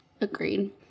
Agreed